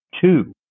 two